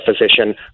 physician